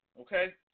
Okay